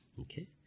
Okay